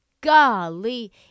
Golly